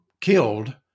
killed